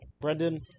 Brendan